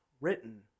written